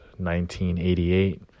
1988